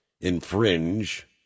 infringe